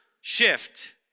shift